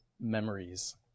memories